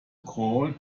call